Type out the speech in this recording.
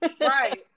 right